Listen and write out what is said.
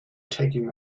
taking